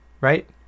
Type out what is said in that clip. Right